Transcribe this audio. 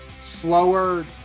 slower